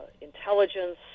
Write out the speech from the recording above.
intelligence